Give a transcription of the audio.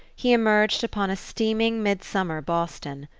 he emerged upon a steaming midsummer boston.